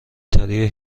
تری